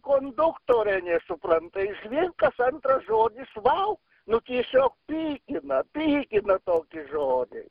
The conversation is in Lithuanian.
konduktorė nesupranta išvis kas antras žodis vau nu tiesio pykina pykina toki žodžiai